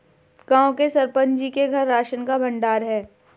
गांव के सरपंच जी के घर राशन का भंडार है